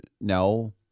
no